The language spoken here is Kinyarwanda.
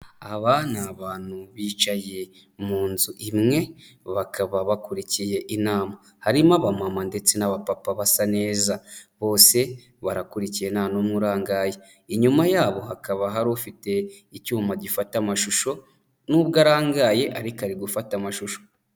Aba ni abantu bicaye mu nzu imwe bakaba bakurikiye inama, harimo abamama ndetse n'abapapa basa neza bose barakurikiye nta n'umwe urangaye, inyuma yabo hakaba hari ufite icyuma gifata amashusho nubwo arangaye ariko ari gufata amashusho.